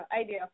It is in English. idea